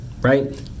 right